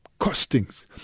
costings